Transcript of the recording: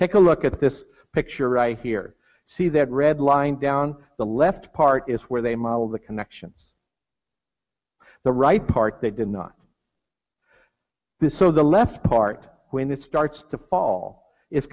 take a look at this picture right here see that red line down the left part is where they model the connections the right part they did not this so the left part when it starts to fall i